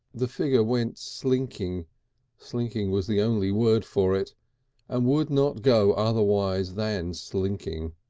the figure went slinking slinking was the only word for it and would not go otherwise than slinking.